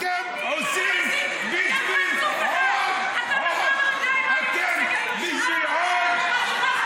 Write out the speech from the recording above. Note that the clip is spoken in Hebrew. אתם עושים בשביל אף פעם לא העבירו פה בטרומית ושינו אחר כך?